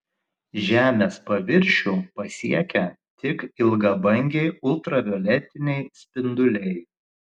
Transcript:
žemės paviršių pasiekia tik ilgabangiai ultravioletiniai spinduliai